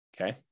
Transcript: okay